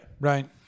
Right